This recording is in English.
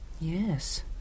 Yes